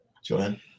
Joanne